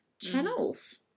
channels